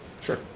Sure